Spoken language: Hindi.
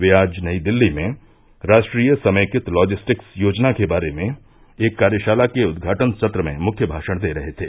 वे आज नई दिल्ली में राष्ट्रीय समेकित लॉजिस्टिक्स योजना के बारे में एक कार्यशाला के उद्घाटन सत्र में मुख्य भाषण दे रहे थे